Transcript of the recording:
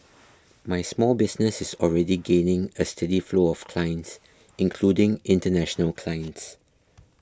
my small business is already gaining a steady flow of clients including international clients